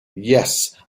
yes